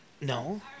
No